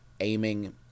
aiming